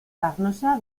carnosa